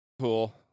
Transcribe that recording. cool